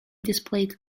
displayed